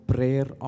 Prayer